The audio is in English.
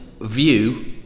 View